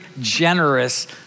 generous